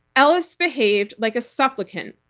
ellis behaved like a supplicant,